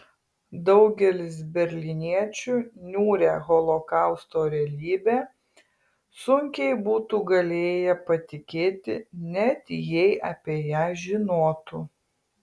daugelis berlyniečių niūria holokausto realybe sunkiai būtų galėję patikėti net jei apie ją žinotų